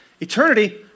Eternity